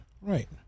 Right